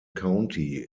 county